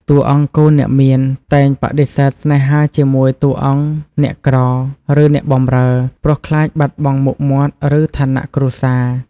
តួអង្គកូនអ្នកមានតែងបដិសេធស្នេហាជាមួយតួអង្គអ្នកក្រ ឬអ្នកបម្រើ ព្រោះខ្លាចបាត់បង់មុខមាត់ និងឋានៈគ្រួសារ។